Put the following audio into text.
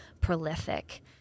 prolific